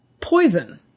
poison